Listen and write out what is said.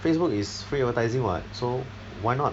Facebook is free advertising [what] so why not